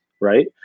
right